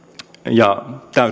ja täysin oikea suomen valtion